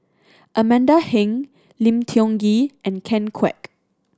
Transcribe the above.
Amanda Heng Lim Tiong Ghee and Ken Kwek